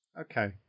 Okay